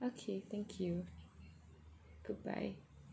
okay thank you goodbye